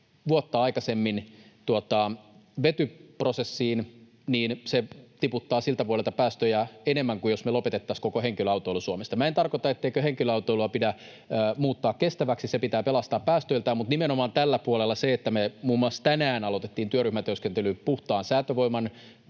vuotta aikaisemmin vetyprosessiin, niin se tiputtaa siltä vuodelta päästöjä enemmän kuin jos me lopetettaisiin koko henkilöautoilu Suomesta. Minä en tarkoita, etteikö henkilöautoilua pidä muuttaa kestäväksi, se pitää pelastaa päästöiltään. Mutta nimenomaan tällä puolella sillä, että me muun muassa tänään aloitettiin työryhmätyöskentely puhtaan säätövoiman